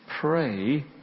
pray